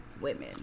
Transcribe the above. women